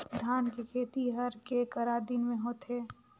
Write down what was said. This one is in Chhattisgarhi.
धान के खेती हर के करा दिन म होथे?